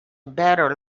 better